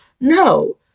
no